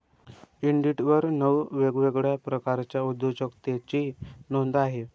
इंडिडवर नऊ वेगवेगळ्या प्रकारच्या उद्योजकतेची नोंद आहे